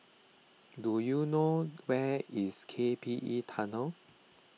do you know where is K P E Tunnel